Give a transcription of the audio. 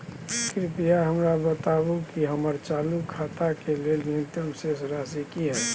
कृपया हमरा बताबू कि हमर चालू खाता के लेल न्यूनतम शेष राशि की हय